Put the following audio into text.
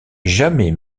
jamais